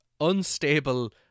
unstable